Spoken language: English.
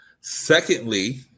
secondly